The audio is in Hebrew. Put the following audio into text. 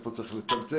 איפה צריך לצמצם,